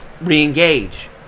re-engage